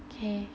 okay